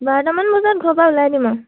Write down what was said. বাৰটামান বজাত ঘৰৰপা ওলাই দিম আৰু